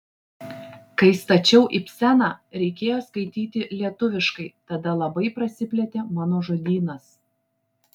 kai stačiau ibseną reikėjo skaityti lietuviškai tada labai prasiplėtė mano žodynas